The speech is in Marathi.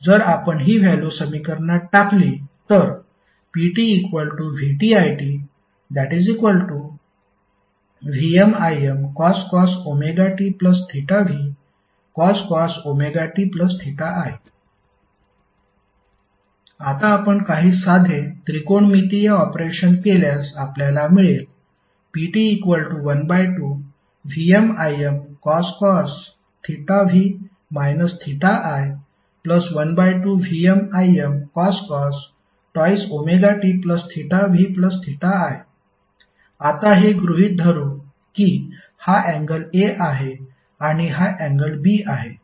जर आपण ही व्हॅल्यू समीकरणात टाकली तर ptvtitVmImcos tv cos ti आता आपण काही साधे त्रिकोणमितीय ऑपरेशन केल्यास आपल्याला मिळेल pt12VmImcos v i 12VmImcos 2ωtvi आता हे गृहित धरू की हा अँगल A आहे आणि हा अँगल B आहे